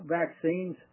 vaccines